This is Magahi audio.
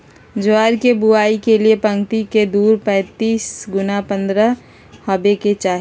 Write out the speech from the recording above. ज्वार के बुआई के लिए पंक्तिया के दूरी पैतालीस गुना पन्द्रह हॉवे के चाही